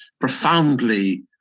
profoundly